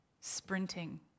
sprinting